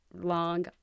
long